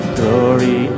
glory